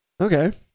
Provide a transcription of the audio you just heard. okay